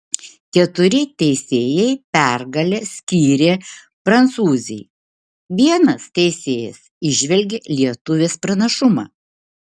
keturi teisėjai pergalę skyrė prancūzei vienas teisėjas įžvelgė lietuvės pranašumą